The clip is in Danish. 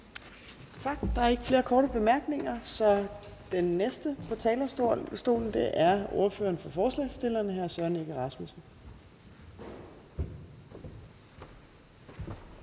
Tak. Der er ikke flere korte bemærkninger. Den næste på talerstolen er ordføreren for forslagsstillerne, hr. Søren Egge Rasmussen.